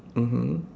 mmhmm